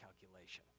calculation